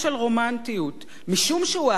משום שהוא אהב את יאסר ערפאת?